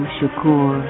Shakur